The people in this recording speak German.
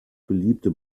beliebte